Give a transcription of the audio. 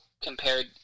compared